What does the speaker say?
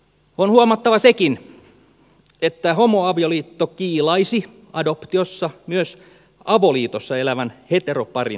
on huomattava sekin että homoavioliitto kiilaisi adoptiossa myös avoliitossa elävän heteroparin ohitse